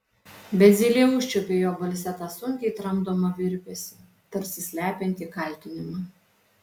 bet zylė užčiuopė jo balse tą sunkiai tramdomą virpesį tarsi slepiantį kaltinimą